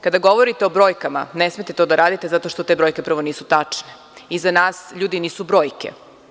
Kada govorite o brojkama, ne smete to da radite zato što te brojke prvo nisu tačne i za nas ljudi nisu brojke.